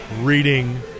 reading